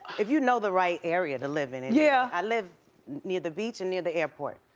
if you know the right area to live in. and yeah. i live near the beach and near the airport.